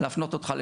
כדי לענות על